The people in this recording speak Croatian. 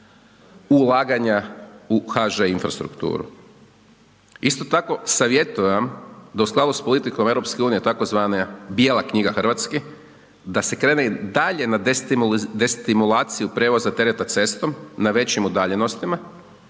ulaganja u HŽ infrastrukturu. Isto tako savjetujem vam da u skladu sa politikom EU tzv. Bijela knjiga Hrvatska da se krene dalje na destimulaciju prijevoza tereta cestom, na većim udaljenostima,